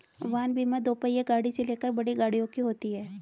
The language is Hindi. वाहन बीमा दोपहिया गाड़ी से लेकर बड़ी गाड़ियों की होती है